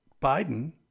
Biden